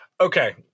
okay